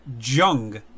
Jung